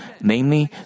namely